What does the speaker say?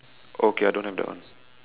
okay I don't have that one